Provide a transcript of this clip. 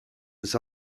this